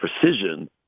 precision